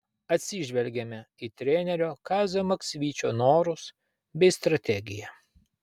atsižvelgėme į trenerio kazio maksvyčio norus bei strategiją